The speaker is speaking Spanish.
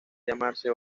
llamarse